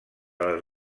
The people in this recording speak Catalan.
les